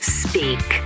speak